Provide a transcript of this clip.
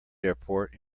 airport